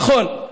נכון,